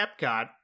Epcot